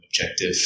objective